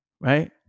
right